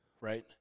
right